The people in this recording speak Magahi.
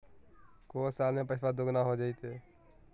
को साल में पैसबा दुगना हो जयते?